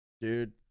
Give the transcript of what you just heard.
dude